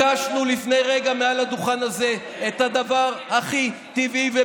כי הם הצביעו